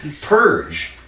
purge